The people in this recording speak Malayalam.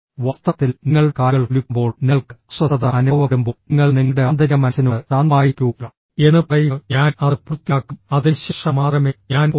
വാസ്തവത്തിൽ നിങ്ങളുടെ കാലുകൾ കുലുക്കുമ്പോൾ നിങ്ങൾക്ക് അസ്വസ്ഥത അനുഭവപ്പെടുമ്പോൾ നിങ്ങൾ നിങ്ങളുടെ ആന്തരിക മനസ്സിനോട് ശാന്തമായിരിക്കൂ എന്ന് പറയുക ഞാൻ അത് പൂർത്തിയാക്കും അതിനുശേഷം മാത്രമേ ഞാൻ പോകൂ